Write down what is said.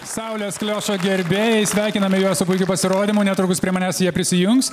saulės kliošo gerbėjai sveikiname juos su puikiu pasirodymu netrukus prie manęs jie prisijungs